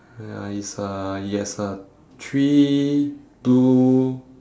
ya it's a it has a three blue